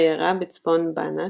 עיירה בצפון באנאט,